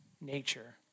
nature